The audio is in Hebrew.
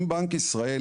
אם בנק ישראל,